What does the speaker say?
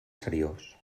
seriós